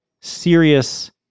serious